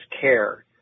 care